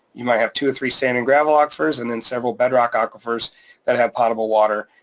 you might have two or three sand and gravel aquifers and then several bedrock aquifers that have potable water,